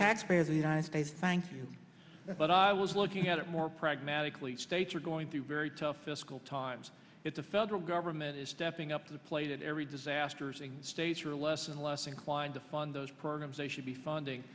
taxpayer of the united states thank you but i was looking at it more pragmatically states are going through very tough fiscal times if the federal government is stepping up to the plate every disasters and states are less and less inclined to fund those programs they should be funding